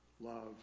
love